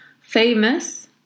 Famous